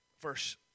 verse